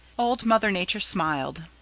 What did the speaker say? old mother nature smiled.